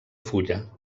fulla